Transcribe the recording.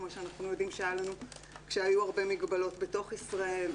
כמו שאנחנו יודעים שהיה לנו כשהיו הרבה מגבלות בתוך ישראל,